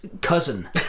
cousin